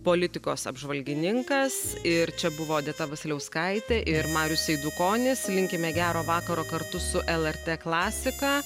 politikos apžvalgininkas ir čia buvo odeta vasiliauskaitė ir marius eidukonis linkime gero vakaro kartu su lrt klasika